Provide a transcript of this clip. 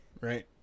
right